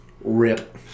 Rip